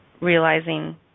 realizing